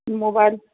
mobile